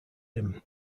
him